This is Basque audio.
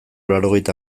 laurogeita